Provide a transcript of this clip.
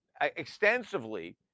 extensively